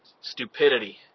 stupidity